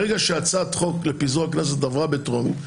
ברגע שהצעת חוק לפיזור הכנסת עברה בטרומית,